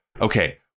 okay